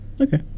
Okay